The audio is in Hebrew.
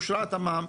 אושר תוכנית התמ"מ,